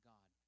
God